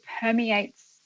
permeates